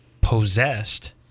possessed